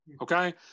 Okay